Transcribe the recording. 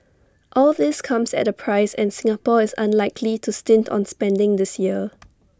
all this comes at A price and Singapore is unlikely to stint on spending this year